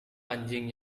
anjing